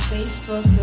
Facebook